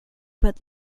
but